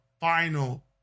final